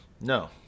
No